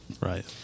Right